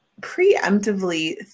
preemptively